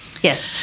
Yes